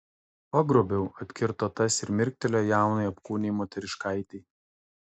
pagrobiau atkirto tas ir mirktelėjo jaunai apkūniai moteriškaitei